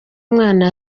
mwana